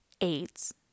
AIDS